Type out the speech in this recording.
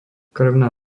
krvná